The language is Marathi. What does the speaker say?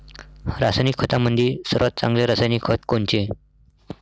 रासायनिक खतामंदी सर्वात चांगले रासायनिक खत कोनचे?